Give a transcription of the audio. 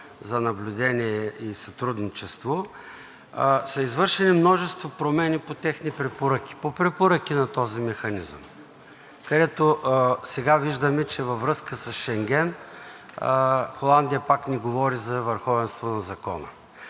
за наблюдение и сътрудничество, са извършили множество промени по техни препоръки – по препоръки на този механизъм, където сега виждаме, че във връзка с Шенген Холандия пак ни говори за върховенство на Закона.